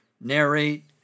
narrate